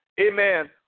Amen